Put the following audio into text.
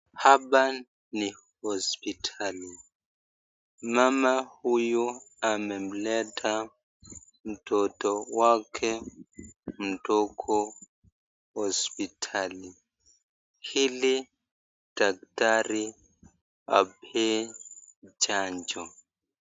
Hapa ni hospitali. Mama huyu amemleta mtoto wake mdogo hospitali ili daktari apee chanjo.